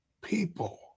people